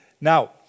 Now